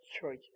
church